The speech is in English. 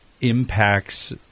impacts